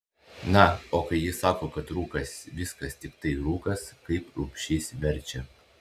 na o kai jis sako kad rūkas viskas tiktai rūkas kaip rubšys verčia